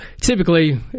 typically